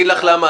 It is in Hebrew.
יש לך דקה